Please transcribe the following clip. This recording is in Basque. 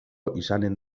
izanen